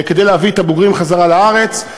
כדי להביא את הבוגרים חזרה לארץ.